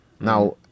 now